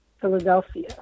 Philadelphia